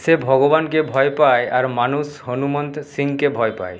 সে ভগবানকে ভয় পায় আর মানুষ হনুমন্ত সিংকে ভয় পায়